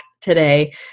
today